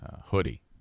hoodie